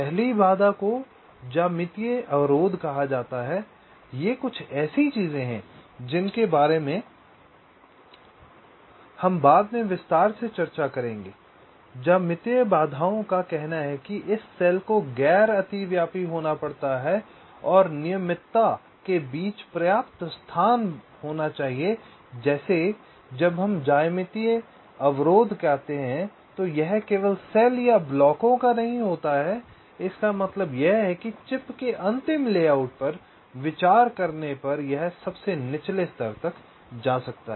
पहली बाधा को ज्यामितीय अवरोध कहा जाता है ये कुछ ऐसी चीजें हैं जिनके बारे में हम बाद में विस्तार से चर्चा करेंगे ज्यामितीय बाधाओं का कहना है कि इस सेल को गैर अतिव्यापी होना पड़ता है और नियमितता के बीच पर्याप्त स्थान होना चाहिए जैसे जब हम ज्यामितीय अवरोध कहते हैं तो यह केवल सेल या ब्लॉकों का नहीं होता है इसका मतलब यह है कि चिप के अंतिम लेआउट पर विचार करने पर यह सबसे निचले स्तर तक जा सकता है